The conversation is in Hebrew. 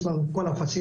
יש לנו את כל הפסיליטיס